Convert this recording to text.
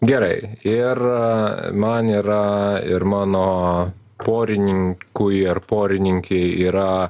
gerai ir man yra ir mano porininkui ar porininkei yra